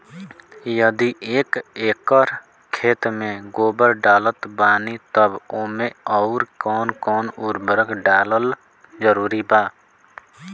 यदि एक एकर खेत मे गोबर डालत बानी तब ओमे आउर् कौन कौन उर्वरक डालल जरूरी बा?